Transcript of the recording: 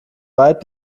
weit